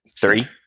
Three